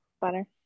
butter